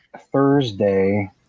Thursday